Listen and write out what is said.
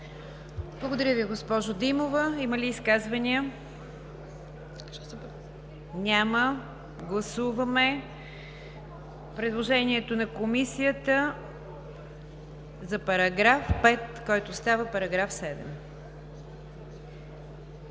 Благодаря Ви, госпожо Димова. Има ли изказвания? Няма. Гласуваме предложението на Комисията за § 5, който става § 7. Гласували